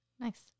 Nice